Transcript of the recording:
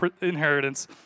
inheritance